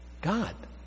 God